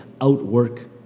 outwork